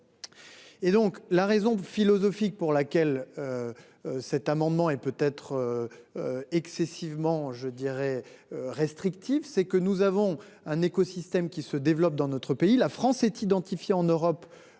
Et donc la raison philosophique pour laquelle. Cet amendement et peut être. Excessivement je dirais. Restrictive, c'est que nous avons un écosystème qui se développe dans notre pays, la France est identifiée en Europe